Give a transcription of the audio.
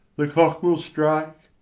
the clock will strike,